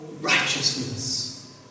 righteousness